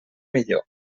millor